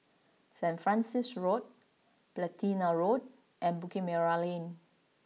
San Francis Road Platina Road and Bukit Merah Lane